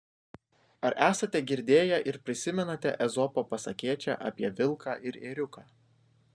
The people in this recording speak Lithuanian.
ar esate girdėję ir prisimenate ezopo pasakėčią apie vilką ir ėriuką